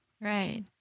right